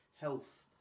health